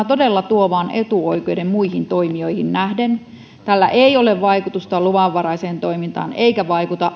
todella tuo vain etuoikeuden muihin toimijoihin nähden tällä ei ole vaikutusta luvanvaraiseen toimintaan eikä tämä vaikuta